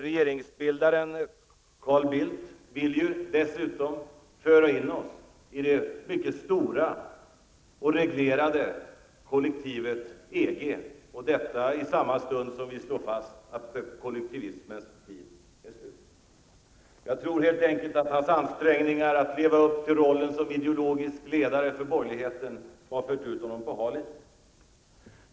Regeringsbildaren Carl Bildt vill ju dessutom föra in oss i det mycket stora och reglerade kollektivet EG, och detta i samma stund som det slås fast att kollektivismens tid är slut. Jag tror helt enkelt att hans ansträngningar att leva upp till rollen som ideologisk ledare för borgerligheten har fört ut honom på hal is.